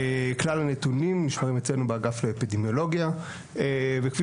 כלל הנתונים נשמרים אצלנו באגף לאפידמיולוגיה וכפי